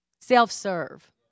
self-serve